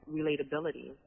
relatability